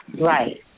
Right